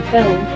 Film